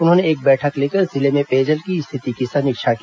उन्होंने एक बैठक लेकर जिले में पेयजल की स्थिति की समीक्षा की